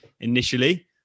initially